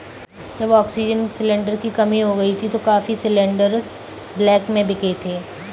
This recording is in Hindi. जब ऑक्सीजन सिलेंडर की कमी हो गई थी तो काफी जगह सिलेंडरस ब्लैक में बिके थे